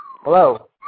Hello